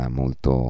molto